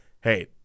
hey